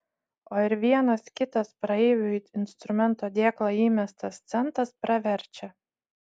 o ir vienas kitas praeivių į instrumento dėklą įmestas centas praverčia